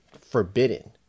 forbidden